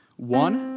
one,